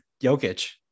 Jokic